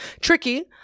tricky